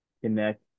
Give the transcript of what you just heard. connect